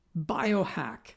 biohack